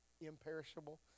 imperishable